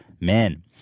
men